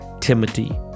Timothy